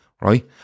right